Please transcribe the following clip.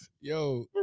Yo